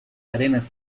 arenas